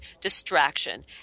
distraction